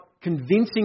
convincing